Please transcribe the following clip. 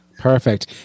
perfect